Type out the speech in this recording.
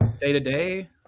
day-to-day